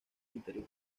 interior